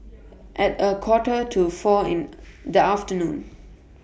At A Quarter to four in The afternoon